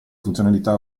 funzionalità